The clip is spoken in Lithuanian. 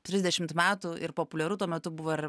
trisdešimt metų ir populiaru tuo metu buvo ir